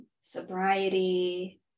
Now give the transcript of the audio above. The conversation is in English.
sobriety